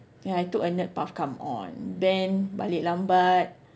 yeah I took a nerd path come on then balik lambat